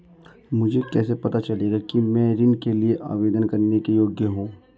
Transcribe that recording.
मुझे कैसे पता चलेगा कि मैं ऋण के लिए आवेदन करने के योग्य हूँ?